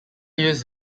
used